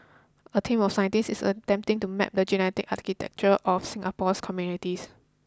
a team of scientists is attempting to map the genetic architecture of Singapore's communities